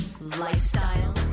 lifestyle